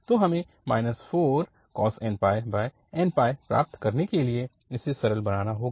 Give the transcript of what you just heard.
तो हमें 4nπcos nπ प्राप्त करने के लिए इसे सरल बनाना होगा